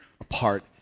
apart